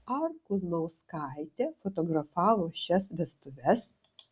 ar kuzmauskaitė fotografavo šias vestuves